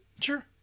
Sure